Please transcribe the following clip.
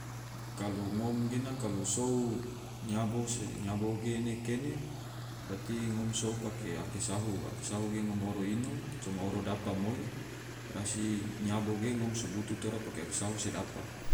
Kalu ngom gena kalu sou nyabo se nyabo ge ene kene, brati ngom sou pake ake sahu, ake sahu ge ngom oro ino coma oro dapa moi, rasi nyabo ge ngom so butu tora pake ake sahu se dapa